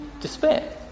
despair